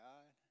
God